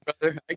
brother